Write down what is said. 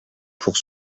pour